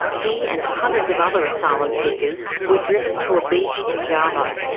he and hundreds of other asylum seekers were driven to a beach in java.